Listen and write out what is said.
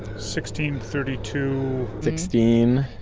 sixteen, thirty two sixteen